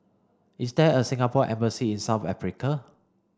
is there a Singapore embassy in South Africa